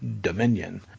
Dominion